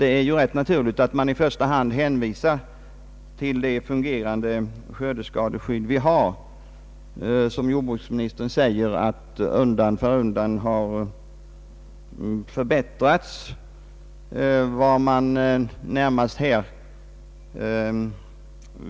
Det är ju rätt naturligt att man i första hand hänvisar till det fungerande skördeskadeskydd som vi har och som undan för undan förbättrats, såsom jordbruksministern säger.